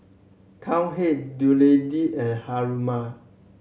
Cowhead Dutch Lady and Haruma